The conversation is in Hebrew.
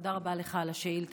תודה רבה לך על השאילתה.